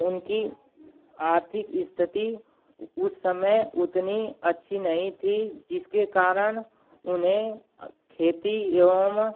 उनकी आर्थिक स्थिति उस समय उतनी अच्छी नहीं थी जिसके कारण उन्हें खेती एवं